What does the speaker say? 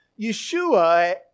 Yeshua